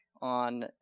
on